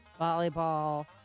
volleyball